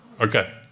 Okay